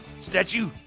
statue